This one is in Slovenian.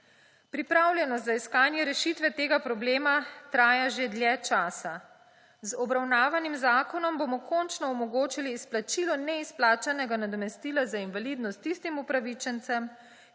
Pripravljenost za iskanje rešitve tega problema traja že dlje časa. Z obravnavanim zakonom bomo končno omogočili izplačilo neizplačanega nadomestila za invalidnost tistim upravičencem,